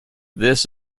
this